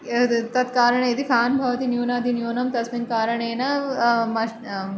यद् तत् कारणे यदि फ़ेन् भवति न्यूनातिन्यूनं तस्मिन् कारणेन